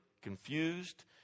Confused